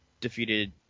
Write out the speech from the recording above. Defeated